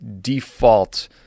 default